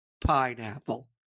pineapple